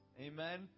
Amen